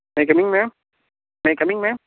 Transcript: may I coming ma'am may I coming ma'am